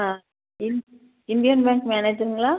ஆ இன் Indian Bank மேனேஜருங்களா